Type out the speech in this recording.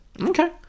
Okay